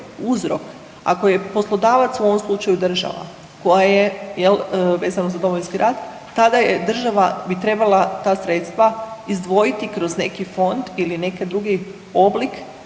uzrok, ako je poslodavac u ovom slučaju država koja je jel, vezano za Domovinski rat tada je država bi trebala ta sredstva izdvojiti kroz neki fond ili neki drugi oblik